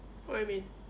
what you mean